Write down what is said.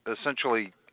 essentially